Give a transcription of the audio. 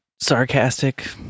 sarcastic